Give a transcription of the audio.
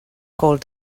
called